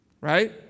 Right